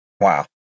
Wow